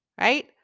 right